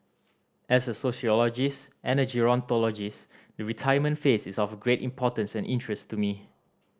as a sociologist and a gerontologist the retirement phase is of great importance and interest to me